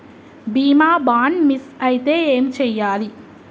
బీమా bond miss అయితే ఏం చేయాలి?